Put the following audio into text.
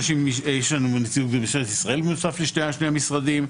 יש לנו נציגות ממשטרת ישראל נוסף על שני המשרדים,